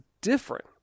different